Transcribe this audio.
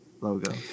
logo